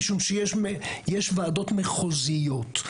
משום שיש ועדות מחוזיות.